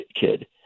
kid